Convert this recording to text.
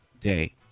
day